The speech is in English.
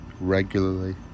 regularly